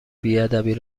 بیادبی